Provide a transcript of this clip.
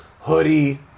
hoodie